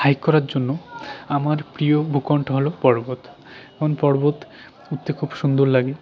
hike করার জন্য আমার প্রিয় ভূকণ্ঠ হল পর্বত কারণ পর্বত উঠতে খুব সুন্দর লাগে